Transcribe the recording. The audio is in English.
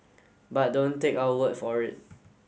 but don't take our word for it